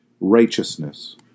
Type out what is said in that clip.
Righteousness